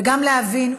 וגם להבין,